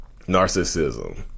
Narcissism